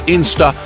Insta